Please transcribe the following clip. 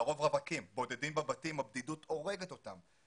לרוב רווקים והם בודדים בבתים כאשר הבדידות הורגת אותם.